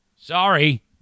Sorry